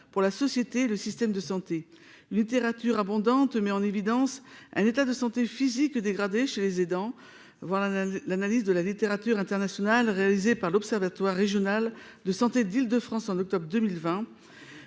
pour la société, le système de santé littérature abondante met en évidence un état de santé physique dégradé chez les aidants, voilà l'analyse de la littérature internationale réalisée par l'Observatoire régional de santé d'Île-de-France, en octobre 2020